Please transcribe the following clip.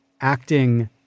acting